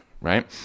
right